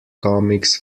comics